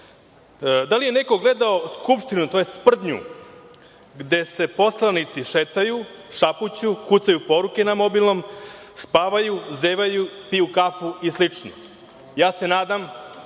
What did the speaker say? „Da li je neko gledao Skupštinu, tj. sprdnju, gde se poslanici šetaju, šapuću, kucaju poruke na mobilnom, spavaju, zevaju, piju kafu i slično?“ Nadam